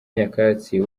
nyakatsi